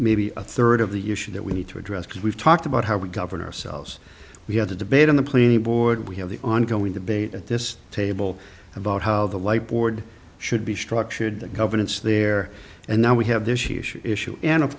maybe a third of the issues that we need to address because we've talked about how we govern ourselves we had a debate in the plenary board we have the ongoing debate at this table about how the white board should be structured the governance there and now we have this issue and of